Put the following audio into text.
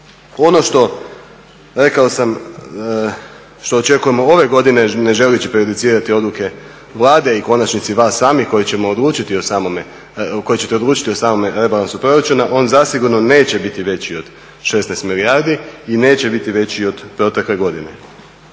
Ono što, rekao sam, što očekujemo ove godine ne želeći prejudicirati odluke Vlade i u konačnici vas samih koji ćete odlučiti o samom rebalansu proračuna on zasigurno neće biti veći od 16 milijardi i neće biti veći od protekle godine.